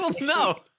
no